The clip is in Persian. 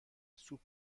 سوپ